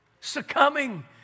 succumbing